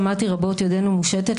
שמעתי רבות: ידנו מושטת,